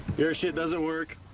your shit doesn't work.